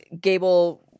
Gable